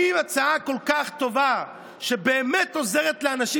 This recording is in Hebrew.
הצעה כל כך טובה שבאמת עוזרת לאנשים,